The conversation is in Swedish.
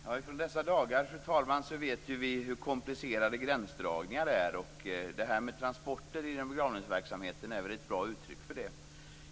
Fru talman! I dessa dagar vet vi ju hur komplicerade gränsdragningar är, och detta med transporter inom begravningsverksamheten är väl ett bra uttryck för det.